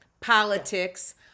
politics